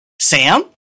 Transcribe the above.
Sam